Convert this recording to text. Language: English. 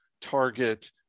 Target